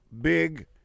big